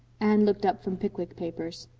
anne looked up from pickwick papers.